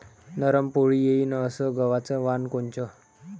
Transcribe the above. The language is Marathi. नरम पोळी येईन अस गवाचं वान कोनचं?